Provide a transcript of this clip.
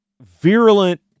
virulent